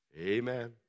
Amen